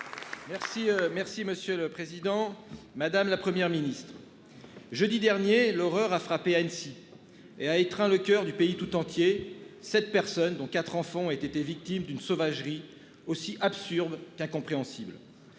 merci monsieur le président, madame, la Première ministre. Jeudi dernier l'horreur a frappé à Annecy et a étreint le coeur du pays tout entier, 7 personnes dont 4 enfants ont été victimes d'une sauvagerie aussi absurde qu'incompréhensible.